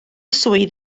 swydd